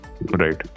Right